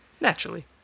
naturally